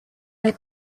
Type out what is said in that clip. let